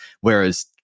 Whereas